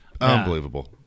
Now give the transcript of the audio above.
Unbelievable